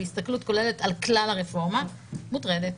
בהסתכלות כוללת על כלל הרפורמה מוטרדת.